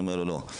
אני אומר לו: לא.